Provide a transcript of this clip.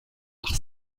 par